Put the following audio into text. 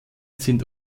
sind